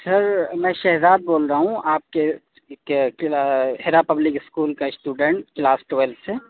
سر میں شہزاد بول رہا ہوں آپ کے حرا پبلک اسکول کا اسٹوڈینٹ کلاس ٹویلتھ سے